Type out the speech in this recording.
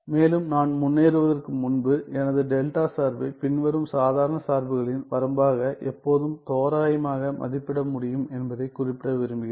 மேலும் நான் முன்னேறுவதற்கு முன்பு எனது டெல்டா சார்பை பின்வரும் சாதாரண சார்புகளின் வரம்பாக எப்போதும் தோராயமாக மதிப்பிட முடியும் என்பதைக் குறிப்பிட விரும்புகிறேன்